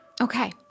Okay